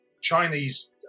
Chinese